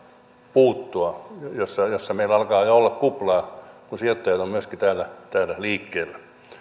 puuttua missä meillä alkaa jo olla kupla kun sijoittajat ovat myöskin täällä liikkeellä